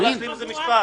לא נגד דמוקרטיה